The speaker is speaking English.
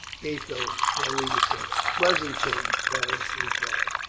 gatho, their leader, said. a pleasant change, beric replied.